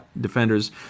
defenders